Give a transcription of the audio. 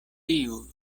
tiu